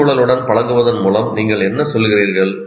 சுற்றுச்சூழலுடன் பழகுவதன் மூலம் நீங்கள் என்ன சொல்கிறீர்கள்